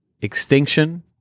Extinction